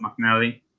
McNally